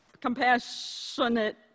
Compassionate